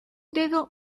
dedo